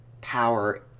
power